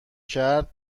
کرد